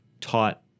taught